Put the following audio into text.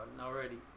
already